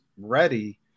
ready